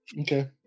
Okay